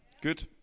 Good